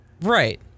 Right